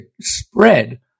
spread